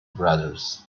brothers